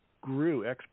grew